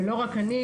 ולא רק אני,